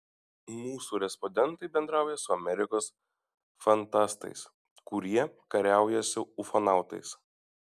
mūsų respondentai bendrauja su amerikos fantastais kurie kariauja su ufonautais